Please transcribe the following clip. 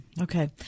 Okay